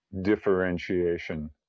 differentiation